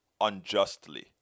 unjustly